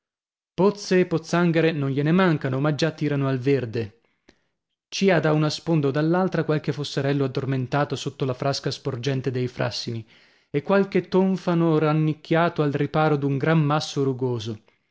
pozze e pozzanghere non gliene mancano ma già tirano al verde ci ha da una sponda o dall'altra qualche fosserello addormentato sotto la frasca sporgente dei frassini e qualche tonfano rannicchiato al riparo d'un gran masso rugoso